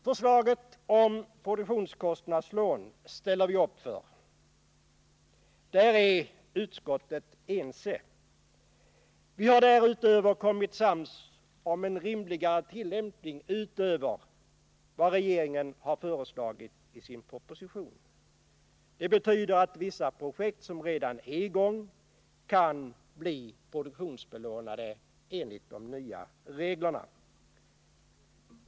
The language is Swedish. Förslaget om produktionskostnadslån ställer vi upp för. Där är ledamöterna i utskottet ense. Vi har därutöver kommit sams om en rimligare tillämpning utöver vad regeringen har föreslagit i sin proposition. Det betyder att vissa projekt som redan är i gång kan bli produktionsbelånade enligt de nya reglerna.